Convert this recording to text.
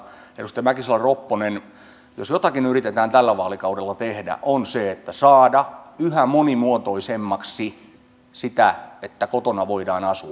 edustaja mäkisalo ropponen jos jotakin yritetään tällä vaalikaudella tehdä on saada yhä monimuotoisemmaksi sitä että kotona voidaan asua